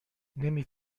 نمی